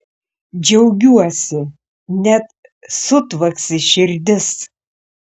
džiaugiuosi net sutvaksi širdis